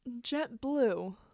JetBlue